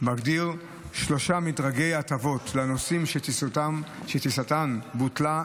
מגדיר שלושה מדרגי הטבות לנוסעים שטיסתם בוטלה,